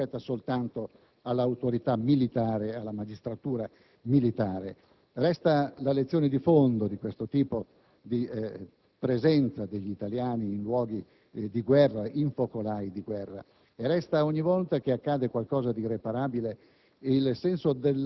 preoccupazione che spetta soltanto all'autorità ed alla magistratura militari. Resta la lezione di fondo di questo tipo di presenza degli italiani in luoghi e focolai di guerra e resta, ogni volta che accade qualcosa di irreparabile,